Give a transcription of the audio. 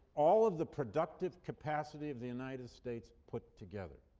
all of the productive capacity of the united states put together.